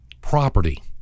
property